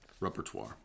repertoire